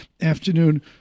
afternoon